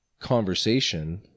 conversation